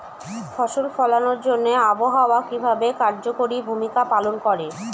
ফসল ফলানোর জন্য আবহাওয়া কিভাবে কার্যকরী ভূমিকা পালন করে?